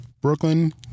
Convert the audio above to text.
Brooklyn